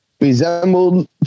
resembled